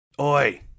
Oi